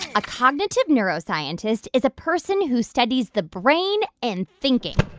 a cognitive neuroscientist is a person who studies the brain and thinking.